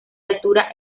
altura